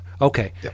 okay